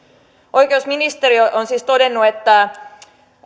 oikeusministeriö on siis todennut että